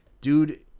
dude